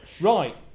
Right